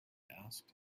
asked